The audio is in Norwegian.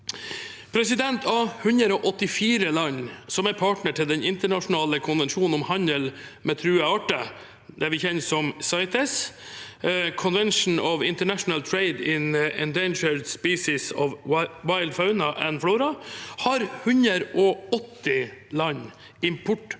Norge på. Av 184 land som er partnere i konvensjonen om internasjonal handel med truede arter, det vi kjenner som CITES, Convention on International Trade in Endangered Species of Wild Fauna and Flora, har 180 land importforbud